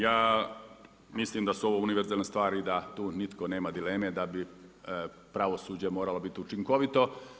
Ja mislim da su ovo univerzalne stvari da tu nitko nema dileme da bi pravosuđe moralo biti učinkovito.